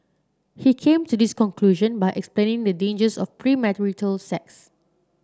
he came to this conclusion by explaining the dangers of premarital sex